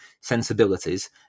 sensibilities